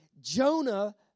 Jonah